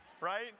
right